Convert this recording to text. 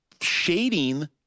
shading